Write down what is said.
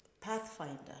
pathfinder